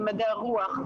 במדעי הרוח,